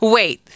Wait